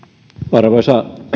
arvoisa